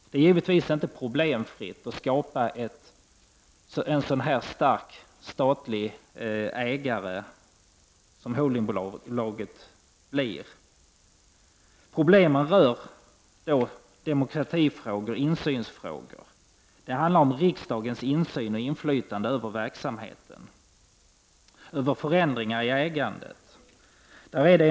Det är givetvis inte problemfritt att skapa en så stark statlig ägare som holdingbolaget blir. Problemen rör demokratioch insynsfrågor. Det handlar om riksdagens insyn i och inflytande över verksamheten och över förändringar i det statliga ägandet.